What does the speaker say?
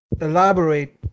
elaborate